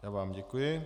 Já vám děkuji.